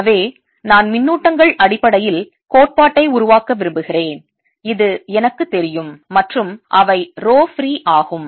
எனவே நான் மின்னூட்டங்கள் அடிப்படையில் கோட்பாட்டை உருவாக்க விரும்புகிறேன் இது எனக்கு தெரியும் மற்றும் அவை ரோ ஃப்ரீ ஆகும்